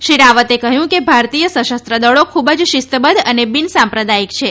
શ્રી રાવતે કહ્યું કે ભારતીય સશસ્ત્ર દળો ખૂબ જ શિસ્તબદ્વ અને બિનસાંપ્રદાયીક છે